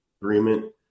agreement